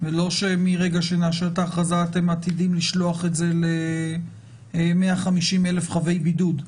ולא שמרגע שנאשר את ההכרזה אתם עתידים לשלוח את זה ל-150,000 חבי בידוד.